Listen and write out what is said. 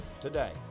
today